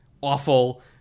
awful